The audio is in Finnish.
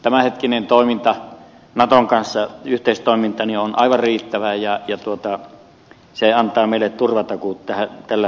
tämänhetkinen yhteistoiminta naton kanssa on aivan riittävää ja se antaa meille turvatakuut tällä hetkellä